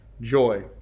joy